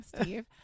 Steve